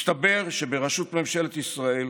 מסתבר שבראשות ממשלת ישראל